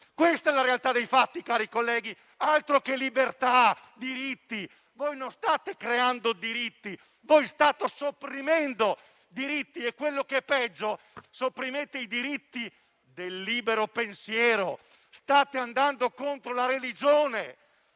Questa è la realtà dei fatti, cari colleghi, altro che libertà e diritti; voi non state creando diritti, voi state sopprimendo diritti e, quel che è peggio, sopprimete i diritti del libero pensiero, andando contro la religione.